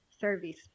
service